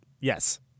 Yes